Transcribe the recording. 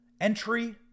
entry